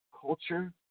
culture